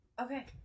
Okay